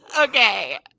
Okay